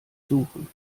suchen